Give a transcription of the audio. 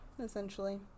Essentially